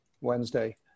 Wednesday